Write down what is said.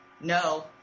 no